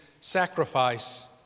sacrifice